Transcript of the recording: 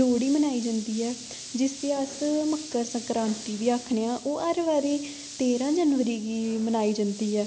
लोह्ड़ी मनाई जंदी ऐ जिसी अस मकर सक्रांति बी आखने आं ओह् हर बारी तेरां जनवरी गी मनाई जंदी ऐ